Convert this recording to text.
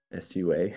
SUA